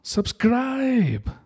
Subscribe